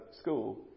school